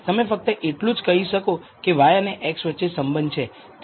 તમે ફક્ત એટલું જ કહી શકો કે y અને x વચ્ચે સંબંધ છે